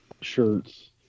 shirts